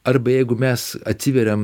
arba jeigu mes atsiveriam